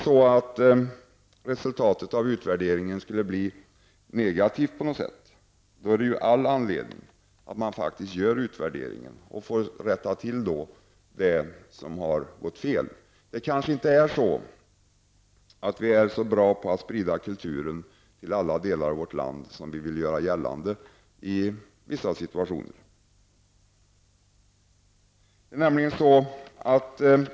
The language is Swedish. Om resultatet av en utvärdering på något sätt skulle bli negativt, är det naturligtvis all anledning att man rättar till det som har gått fel. Vi kanske inte är så bra på att sprida kultur till alla delar av vårt land som vi i vissa situationer vill göra gällande.